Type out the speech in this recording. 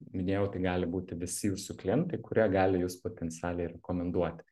minėjau tai gali būti visi jūsų klientai kurie gali jus potencialiai rekomenduoti